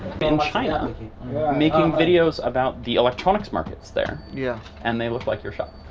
in china making videos about the electronics markets there. yeah and they look like your shop,